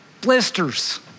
blisters